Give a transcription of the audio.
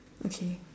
okay great